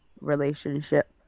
relationship